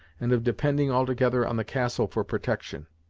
and of depending altogether on the castle for protection.